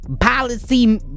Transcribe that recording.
Policy